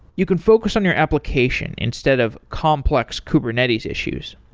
you can focus on your application instead of complex kubernetes issues.